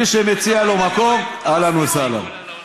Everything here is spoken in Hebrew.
מי שמציע לו מקום, אהלן וסהלן.